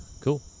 Cool